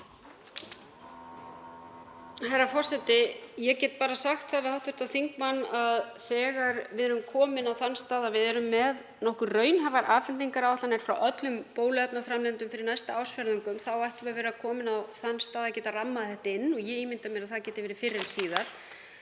Herra forseti. Ég get bara sagt við hv. þingmann að þegar við erum komin á þann stað að við erum með nokkuð raunhæfar afhendingaráætlanir frá öllum bóluefnaframleiðendum fyrir næsta ársfjórðunginn ættum við að vera komin á þann stað að geta rammað þetta inn. Ég ímynda mér að það geti verið fyrr en síðar.